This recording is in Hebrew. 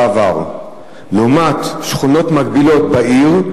לעומת שכונות מקבילות בעיר,